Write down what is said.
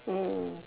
mm